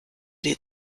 die